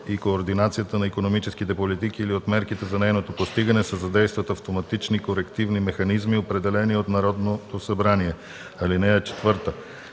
и координацията на икономическите политики, или от мерките за нейното постигане се задействат автоматични корективни механизми, определени от Народното събрание. (4)